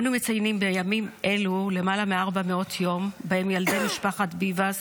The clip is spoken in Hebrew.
אנו מציינים בימים אלו למעלה מ-400 יום שבהם ילדי משפחת ביבס